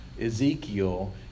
Ezekiel